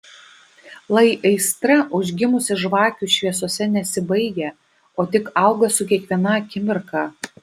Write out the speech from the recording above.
lai aistra užgimusi žvakių šviesose nesibaigia o tik auga su kiekviena akimirka